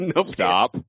stop